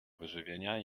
wyżywienia